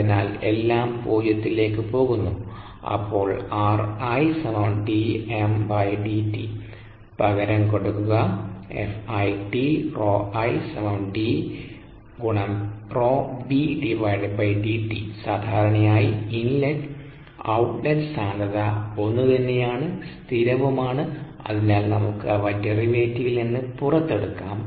അതിനാൽ എല്ലാം പൂജ്യത്തിലേക്ക് പോകുന്നു അപ്പോൾ പകരം കൊടുക്കുക സാധാരണയായി ഇൻലെറ്റ് ഔട്ട്ലെറ്റ് സാന്ദ്രത ഒന്നുതന്നെയാണ് സ്ഥിരവും ആണ് അതിനാൽ നമുക്ക് അവ ഡെറിവേറ്റീവിൽ നിന്ന് പുറത്തെടുക്കാം